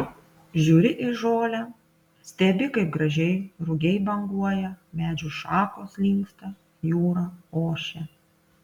žiūri į žolę stebi kaip gražiai rugiai banguoja medžių šakos linksta jūra ošia